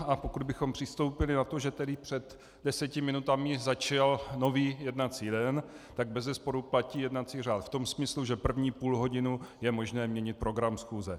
A pokud bychom přistoupili na to, že tedy před 10 minutami začal nový jednací den, tak bezesporu platí jednací řád v tom smyslu, že první půlhodinu je možné měnit program schůze.